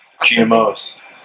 GMOs